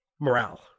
Morale